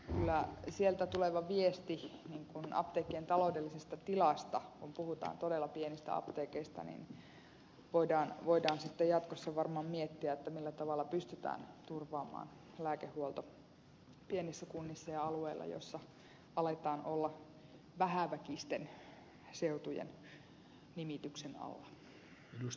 kyllä sieltä tuleva viesti apteekkien taloudellisesta tilasta kun puhutaan todella pienistä apteekeista on sellainen että voidaan sitten jatkossa varmaan miettiä millä tavalla pystytään turvaamaan lääkehuolto pienissä kunnissa ja alueilla joissa aletaan olla vähäväkisten seutujen nimityksen alla